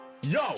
Yo